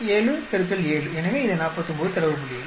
7 X 7 எனவே இது 49 தரவு புள்ளிகள்